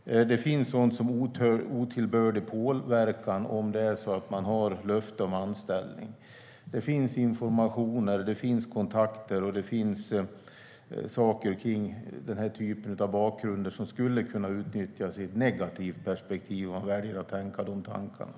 Det finns sådant som otillbörlig påverkan, om man har löfte om en anställning. Det finns informationer, kontakter och saker kring den här typen av bakgrunder som skulle kunna utnyttjas i ett negativt syfte, om man väljer att tänka de tankarna.